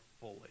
fully